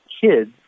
kids